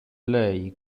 lei